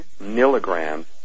milligrams